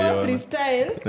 freestyle